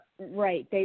Right